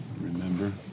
Remember